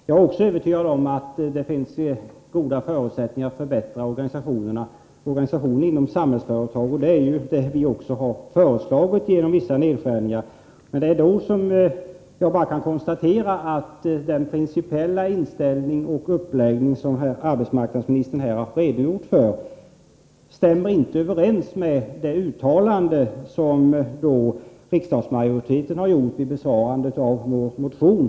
Jag är också övertygad om att det finns goda förutsättningar att förbättra organisationen inom Samhällsföretag, och vi har även föreslagit att det skall ske genom vissa nedskärningar. Men den principiella inställning och uppläggning som arbetsmarknadsministern här har redogjort för stämmer inte överens med det uttalande som utskottsmajoriteten har gjort vid besvarandet av vår motion.